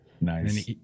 Nice